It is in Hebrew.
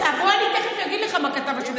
אני תכף אגיד לך מה כתב השופט.